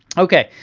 okay,